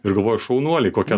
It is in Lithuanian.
ir galvoju šaunuoliai kokia